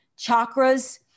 chakras